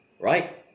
Right